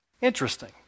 interesting